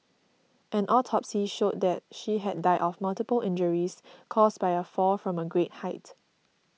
an autopsy showed that she had died of multiple injuries caused by a fall from a great height